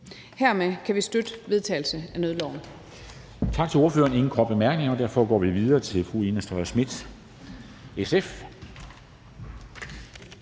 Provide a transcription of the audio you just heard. Hermed kan vi støtte vedtagelsen af nødloven.